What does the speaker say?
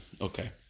Okay